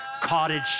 cottage